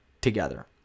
together